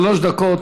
שלוש דקות,